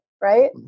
right